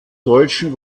deutschen